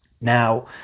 Now